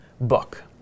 book